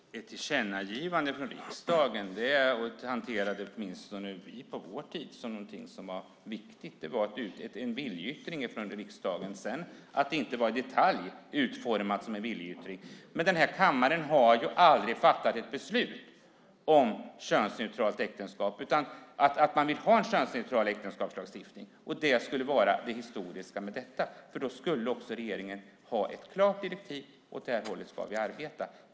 Fru talman! Ett tillkännagivande från riksdagen hanterade åtminstone vi på vår tid som någonting som var viktigt. Det var en viljeyttring från riksdagen. Sedan kanske det inte i detalj var utformat som en viljeyttring. Den här kammaren har aldrig fattat ett beslut om könsneutralt äktenskap utan att man vill ha en könsneutral äktenskapslagstiftning. Det skulle vara det historiska med detta. Då skulle regeringen också ha ett klart direktiv om åt vilket håll man ska arbeta.